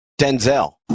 Denzel